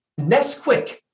Nesquik